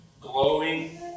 glowing